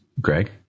Greg